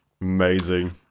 Amazing